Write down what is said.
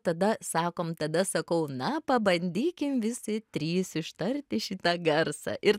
tada sakom tada sakau na pabandykim visi trys ištarti šitą garsą ir